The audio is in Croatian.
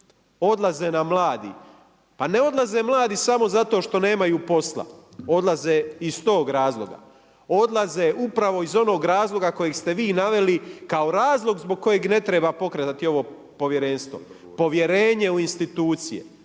odlaze nam mladi. Pa ne odlaze mladi samo zato što nemaju posla, odlaze iz tog razloga. Odlaze upravo iz onog razloga kojeg ste vi naveli kao razlog zbog kojeg ne treba pokretati ovo povjerenstvo. Povjerenje u institucije,